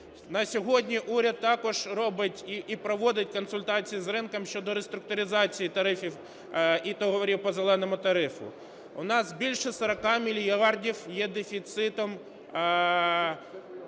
На сьогодні уряд також робить і проводить консультації з ринком щодо реструктуризації тарифів і договорів по "зеленому" тарифу. У нас більше 40 мільярдів є дефіциту